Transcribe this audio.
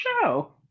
show